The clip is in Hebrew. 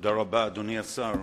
תודה לך, אדוני השר.